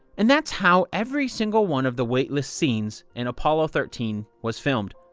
and that's how every single one of the weightless scenes in apollo thirteen was filmed.